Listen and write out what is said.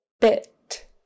bit